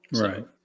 Right